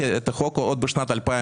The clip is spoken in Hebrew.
קבלת ההסתייגות?